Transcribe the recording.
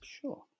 Sure